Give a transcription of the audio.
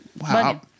wow